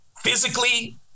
physically